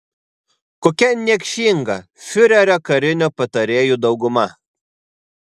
kokia niekšinga fiurerio karinių patarėjų dauguma